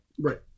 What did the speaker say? Right